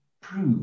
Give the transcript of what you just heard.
prove